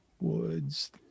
Woods